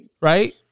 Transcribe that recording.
Right